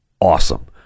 awesome